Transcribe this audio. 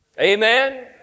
Amen